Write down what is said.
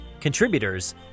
contributors